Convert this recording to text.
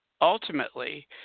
ultimately